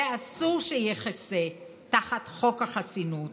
ואסור שיחסה תחת חוק החסינות.